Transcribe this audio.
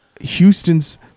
Houston's